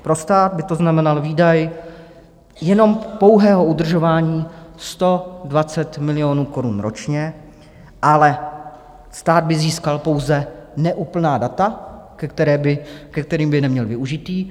Pro stát by to znamenalo výdaj jenom pouhého udržování 120 milionů korun ročně, ale stát by získal pouze neúplná data, ke kterým by neměl využití.